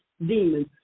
demons